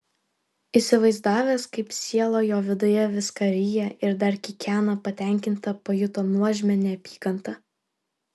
įsivaizdavęs kaip siela jo viduje viską ryja ir dar kikena patenkinta pajuto nuožmią neapykantą